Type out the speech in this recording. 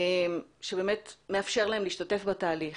שבאמת מאפשר להם להשתתף בתהליך,